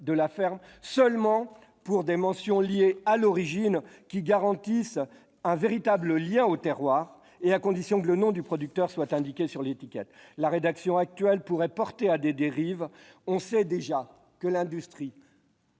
de la ferme seulement pour les mentions liées à l'origine, qui garantissent un véritable lien au terroir, et à condition que le nom du producteur soit indiqué sur l'étiquette. La rédaction actuelle pourrait entraîner des dérives. On sait déjà que l'industrie,